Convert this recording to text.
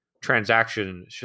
transaction